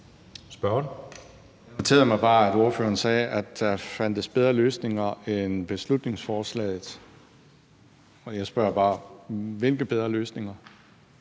Det irriterede mig bare, at ordføreren sagde, at der fandtes bedre løsninger end beslutningsforslaget. Og jeg spørger bare: Hvilke bedre løsninger?